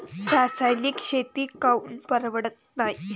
रासायनिक शेती काऊन परवडत नाई?